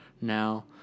Now